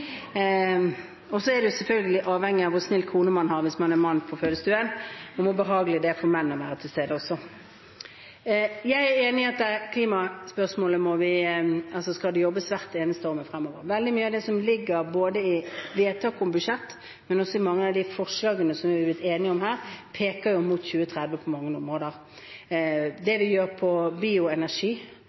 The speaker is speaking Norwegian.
fødsel. Så er det selvfølgelig også avhengig av hvor snill kone man har, hvis man er mann på fødestuen, hvor behagelig det er å være til stede. Jeg er enig i at klimaspørsmålet skal det jobbes med hvert eneste år fremover. Veldig mye av det som ligger i forslaget til budsjettvedtak, men også i mange av de forslagene som vi er blitt enige om her, peker på mange områder mot 2030. Det vi gjør på bioenergi